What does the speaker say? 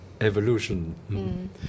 evolution